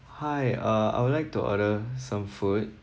hi uh I would like to order some food